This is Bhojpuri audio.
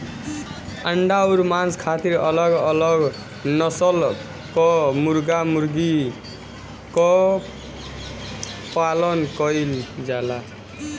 अंडा अउर मांस खातिर अलग अलग नसल कअ मुर्गा मुर्गी कअ पालन कइल जाला